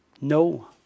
No